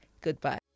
Goodbye